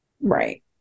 Right